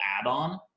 add-on